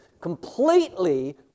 completely